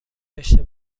داشته